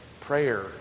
prayer